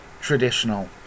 traditional